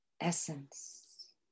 essence